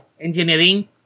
engineering